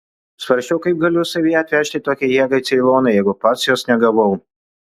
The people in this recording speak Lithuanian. svarsčiau kaip galiu savyje atvežti tokią jėgą į ceiloną jeigu pats jos negavau